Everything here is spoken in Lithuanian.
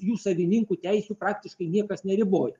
jų savininkų teisių praktiškai niekas neriboja